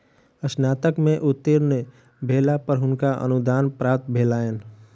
स्नातक में उत्तीर्ण भेला पर हुनका अनुदान प्राप्त भेलैन